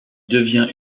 devient